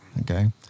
Okay